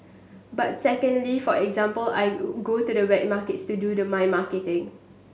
but secondly for example I go to the wet markets to do the my marketing